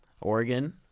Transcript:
Oregon